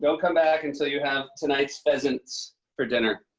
so come back until you have tonight's pheasants for dinner.